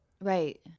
Right